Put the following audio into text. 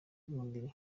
bw’umubiri